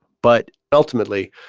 but. ultimately,